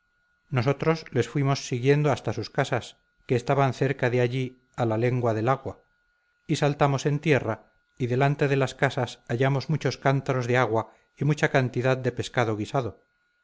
nosotros les fuimos siguiendo hasta sus casas que estaban cerca de allí a la lengua del agua y saltamos en tierra y delante de las casas hallamos muchos cántaros de agua y mucha cantidad de pescado guisado